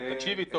תקשיבי טוב.